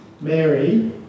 Mary